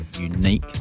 unique